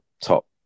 top